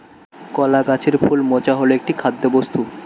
কলা গাছের ফুল মোচা হল একটি খাদ্যবস্তু